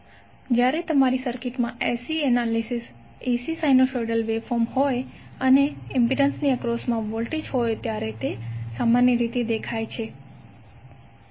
જ્યારે તમારી સર્કિટમાં AC સાઇનોસોઇડલ વેવફોર્મ હોય અને ઇમ્પિડન્સની એક્રોસમા વોલ્ટેજ હોય ત્યારે સામાન્ય રીતે તે દેખાય છે